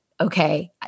okay